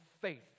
faith